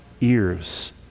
ears